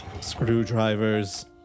Screwdrivers